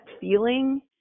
feeling